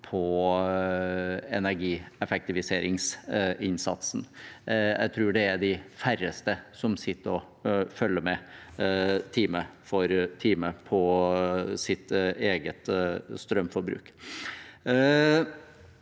på energieffektiviseringsinnsatsen. Jeg tror det er de færreste som sitter og følger med time for time på sitt eget strømforbruk.